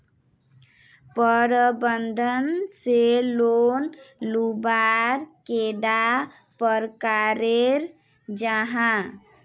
प्रबंधन से लोन लुबार कैडा प्रकारेर जाहा?